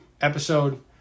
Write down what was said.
episode